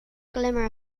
glimmer